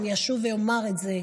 ואני אשוב ואומר את זה,